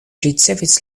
ricevis